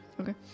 Okay